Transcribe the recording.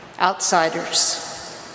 outsiders